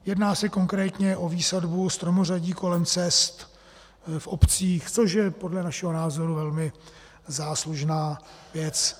Jedná se konkrétně o výsadbu stromořadí kolem cest v obcích, což je podle našeho názoru velmi záslužná věc.